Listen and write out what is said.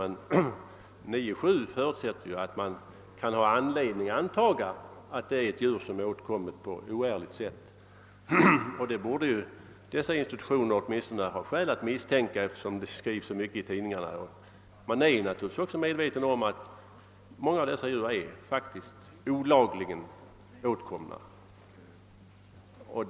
Men enligt 9 kap. 7 8 brottsbalken förutsätts att man kan ha anledning antaga att det är ett djur som åtkommits på oärligt sätt. Och det borde ju dessa institutioner åtminstone ha skäl att misstänka, eftersom det skrivs så mycket i tidningarna om sådana här saker. Man är naturligtvis också medveten om att många av dessa djur är olagligt åtkomna.